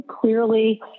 clearly